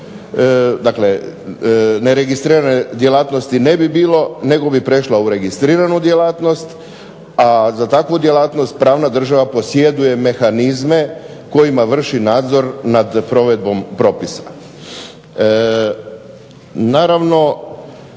bilo neregistrirane djelatnosti nego bi prešla u registriranu djelatnosti, a za takvu djelatnost pravna država posjeduje mehanizme kojima vrši nadzor nad provedbom propisa.